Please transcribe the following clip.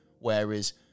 whereas